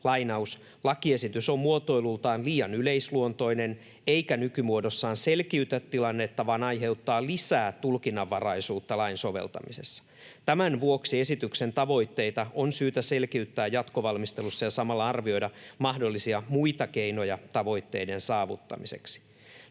myös: ”Lakiesitys on muotoilultaan liian yleisluontoinen eikä nykymuodossaan selkiytä tilannetta vaan aiheuttaa lisää tulkinnanvaraisuutta lain soveltamisessa. Tämän vuoksi esityksen tavoitteita on syytä selkiyttää jatkovalmistelussa ja samalla arvioida mahdollisia muita keinoja tavoitteiden saavuttamiseksi.